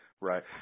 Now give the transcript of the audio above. right